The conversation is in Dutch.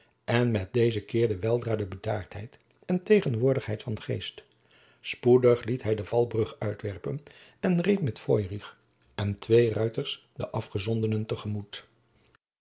en met deze keerde weldra de bedaardheid en tegenwoordigheid van geest spoedig liet hij de valbrug uitwerpen en reed met feurich en twee ruiters de afgezondenen te